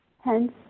Hence